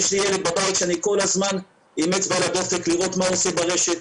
יש לי ילד בבית שאני כל הזמן עם אצבע על הדופק לראות מה הוא עושה ברשת.